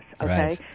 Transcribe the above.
okay